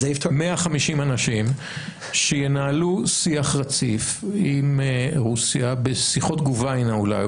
150 אנשים שינהלו שיח רציף עם רוסיה בשיחות גוביינא אולי,